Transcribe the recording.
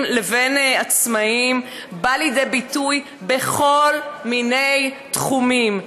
לבין עצמאים בא לידי ביטוי בכל מיני תחומים,